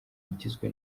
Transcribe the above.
ugizwe